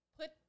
put